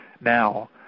now